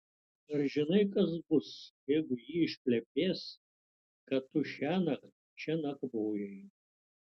ar žinai kas bus jeigu ji išplepės kad tu šiąnakt čia nakvojai